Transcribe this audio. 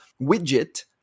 widget